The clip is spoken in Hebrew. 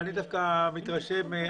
חוץ מעיקול שכר, מה עוד אתם עושים?